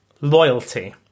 Loyalty